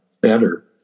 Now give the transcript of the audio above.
better